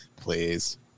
Please